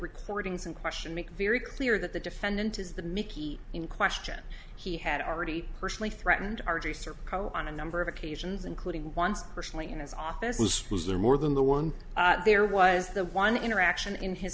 recordings in question make very clear that the defendant is the mickey in question he had already personally threatened r j serco on a number of occasions including once personally in his office was there more than the one there was the one interaction in his